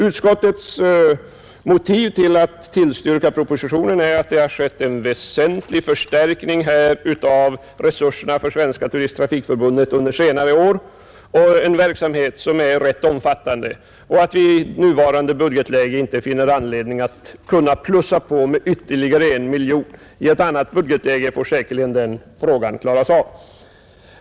Utskottets motiv för att tillstyrka propositionen är att det har skett en väsentlig förstärkning här av resurserna för Svenska turisttrafikförbundet under senare år. Verksamheten är rätt omfattande. I nuvarande budgetläge finner vi inte anledning att plussa på med ytterligare en miljon kronor. I ett annat budgetläge kan frågan säkerligen tas upp på nytt.